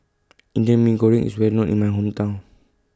Indan Mee Goreng IS Well known in My Hometown